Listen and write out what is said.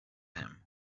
him